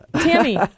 Tammy